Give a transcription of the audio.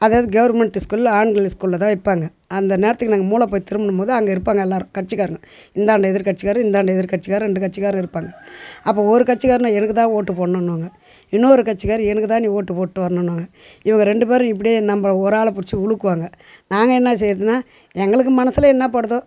அதாவது கவர்மெண்ட் ஸ்கூல்ல ஆண்கள் இஸ்கூல்ல தான் வைப்பாங்க அந்த நேரத்துக்கு நாங்கள் மூலை போயி திரும்புனம்போது அங்கே இருப்பாங்க எல்லாரும் கட்சிக்காரங்க இந்தாண்ட எதிர்கட்சிக்கார் இந்தாண்ட எதிர்கட்சிக்கார் ரெண்டு கட்சிக்காரும் இருப்பாங்க அப்போது ஒரு கட்சிக்காரனுங்க எனக்கு தான் ஓட்டு போடணுன்னுவாங்க இன்னொரு கட்சிக்கார் எனக்கு தான் நீ ஓட்டு போட்டு வரணுன்னுவாங்க இவங்க ரெண்டு பேரும் இப்படியே நம்ம ஒரு ஆளை பிடிச்சி உலுக்குவாங்க நாங்கள் என்ன செய்கிறதுன்னா எங்களுக்கு மனதுல என்னப்படுதோ